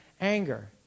anger